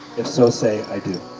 if so, say i do.